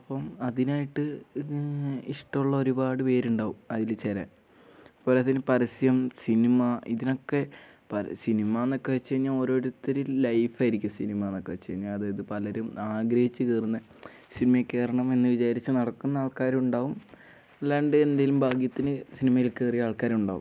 അപ്പം അതിനായിട്ട് ഇഷ്ടം ഉള്ള ഒരുപാട് പേരുണ്ടാവും അതിൽ ചെല പോരാത്തതിന് പരസ്യം സിനിമ ഇതിനൊക്കെ സിനിമ എന്നൊക്കെ വെച്ച് കഴിഞ്ഞാൽ ഓരോരുത്തർ ലൈഫായിരിക്കും സിനിമാ എന്നൊക്കെ വെച്ച് കഴിഞ്ഞാൽ അതായത് പലരും ആഗ്രഹിച്ച് കയറുന്ന സിനിമേയിൽ കയറണം എന്ന് വിചാരിച്ച് നടക്കുന്ന ആൾക്കാരും ഉണ്ടാവും അല്ലാണ്ട് എന്തെങ്കിലും ഭാഗ്യത്തിന് സിനിമയിൽ കയറിയ ആൾക്കാരും ഉണ്ടാവും